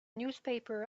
newspaper